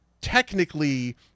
technically